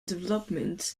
development